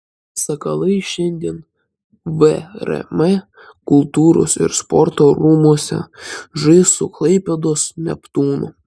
sakalai šiandien vrm kultūros ir sporto rūmuose žais su klaipėdos neptūnu